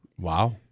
Wow